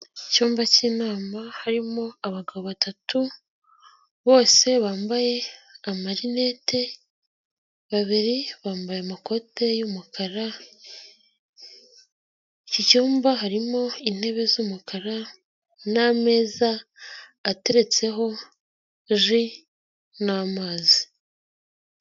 Icyumba cy'inama harimo abagabo batatu bose bambaye amarinete, babiri bambaye amakote y'umukara, iki cyumba harimo intebe z'umukara n'ameza ateretseho ji n'amazi.